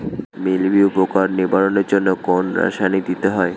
মিলভিউ পোকার নিবারণের জন্য কোন রাসায়নিক দিতে হয়?